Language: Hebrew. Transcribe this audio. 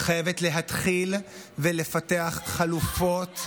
חייבת להתחיל לפתח חלופות.